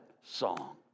song